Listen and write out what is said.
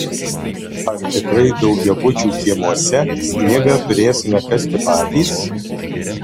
ar tikrai daugiabučių kiemuose sniegą turėsime kasti patys